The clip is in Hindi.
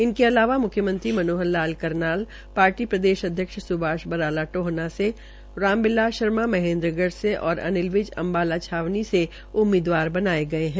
इनके अलावा मुख्यमंत्री मनोहर लाल करनाल पार्टी प्रदेशाध्यक्ष सुभाष बराला टोहाना से राम बिलास शर्मा महेन्द्रगढ़ से और अनिल विज अम्बाला छावनी से उम्मीदवार बनाये गये है